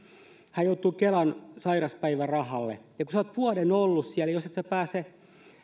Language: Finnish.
hän joutuu kelan sairaspäivärahalle ja kun olet vuoden ollut siellä jos et pääse